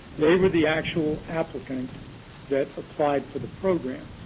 they were the actual applicant that applied for the program.